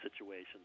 situations